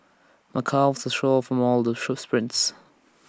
my calves are sore from all the shoes sprints